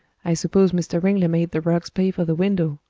i suppose mr. ringley made the ruggs pay for the window.